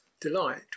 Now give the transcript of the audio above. delight